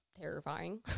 terrifying